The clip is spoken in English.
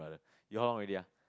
you how long already ah